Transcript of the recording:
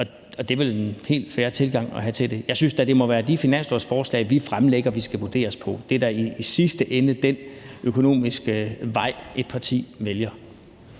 og det er vel en helt fair tilgang at have til det. Jeg synes da, at det må være de finanslovsforslag, vi fremsætter, som vi skal vurderes på. Det er da i sidste ende den økonomiske vej, et parti vælger.